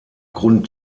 grund